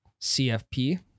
CFP